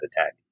attack